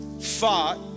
fought